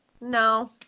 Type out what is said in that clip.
No